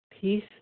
peace